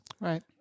Right